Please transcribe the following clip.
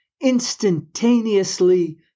instantaneously